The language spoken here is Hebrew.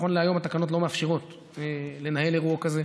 נכון להיום התקנות לא מאפשרות לנהל אירוע כזה,